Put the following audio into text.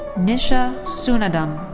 nisha sunadham.